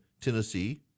Tennessee